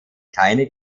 keine